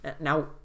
now